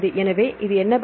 எனவே இது என்ன பதில்